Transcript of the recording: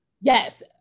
yes